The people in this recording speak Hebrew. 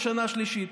לשנה השלישית.